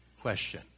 question